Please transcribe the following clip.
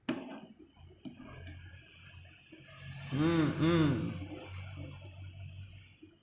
mm mm